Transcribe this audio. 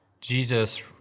Jesus